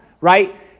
right